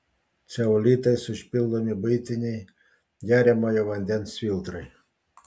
ceolitais užpildomi buitiniai geriamojo vandens filtrai